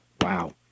Wow